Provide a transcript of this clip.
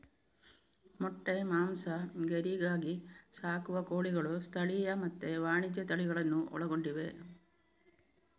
ಮೊಟ್ಟೆ, ಮಾಂಸ, ಗರಿಗಾಗಿ ಸಾಕುವ ಕೋಳಿಗಳು ಸ್ಥಳೀಯ ಮತ್ತೆ ವಾಣಿಜ್ಯ ತಳಿಗಳನ್ನೂ ಒಳಗೊಂಡಿವೆ